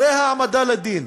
גם אחרי ההעמדה לדין,